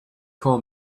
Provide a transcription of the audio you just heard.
call